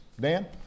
Dan